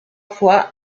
foi